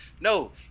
No